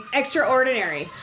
extraordinary